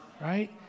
Right